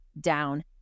down